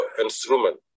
instrument